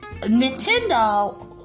Nintendo